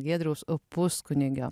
giedriaus puskunigio